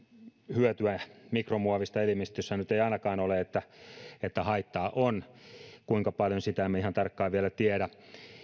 hyötyä mikromuovista elimistössä ei nyt ainakaan ole haittaa on kuinka paljon sitä emme ihan tarkkaan vielä tiedä